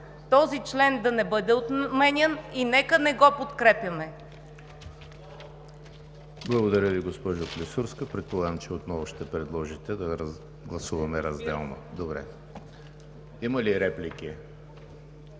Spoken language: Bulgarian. този член да не бъде отменян и нека не го подкрепяме.